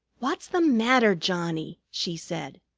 what's the matter, johnnie? she said.